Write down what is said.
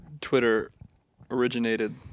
Twitter-originated